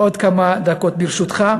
עוד כמה דקות, ברשותך.